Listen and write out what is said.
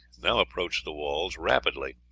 now approached the walls rapidly.